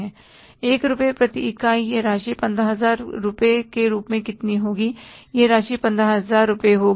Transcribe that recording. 1 रुपये प्रति इकाई यह राशि 15000 के रूप में कितनी होगी यह राशि 15000 रुपये होगी